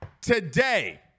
today